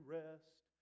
rest